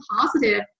positive